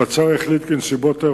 הפיצוי שולם על-ידי